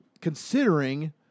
considering